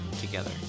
together